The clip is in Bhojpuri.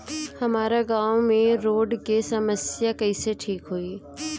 हमारा गाँव मे रोड के समस्या कइसे ठीक होई?